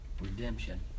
Redemption